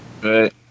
Right